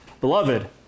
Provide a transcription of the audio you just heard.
Beloved